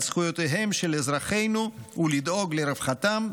זכויותיהם של אזרחינו ולדאוג לרווחתם,